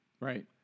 right